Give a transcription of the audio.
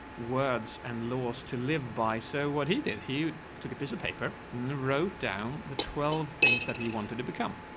words and laws to live by. so what he did, he took a piece of paper and wrote down the twelve things that he wanted to become,